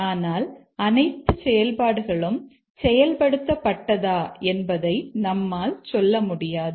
ஆனால் அனைத்து செயல்பாடுகளும் செயல்படுத்தப்பட்டதா என்பதை நம்மால் சொல்ல முடியாது